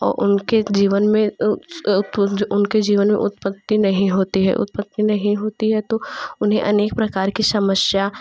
और उनके जीवन में उनके जीवन में उत्पत्ति नहीं होती है उत्पत्ति नहीं होती है तो उन्हें अनेक प्रकार की समस्या